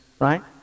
right